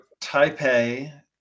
Taipei